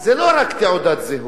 זה לא רק תעודת זהות,